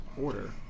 order